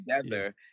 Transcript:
together